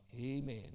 amen